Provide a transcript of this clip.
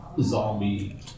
zombie